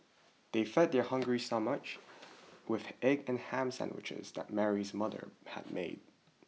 they fed their hungry stomach with egg and ham sandwiches that Mary's mother had made